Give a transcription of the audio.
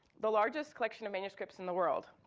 the largest collection of manuscripts in the world.